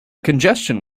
congestion